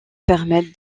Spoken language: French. permettent